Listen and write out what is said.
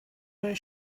where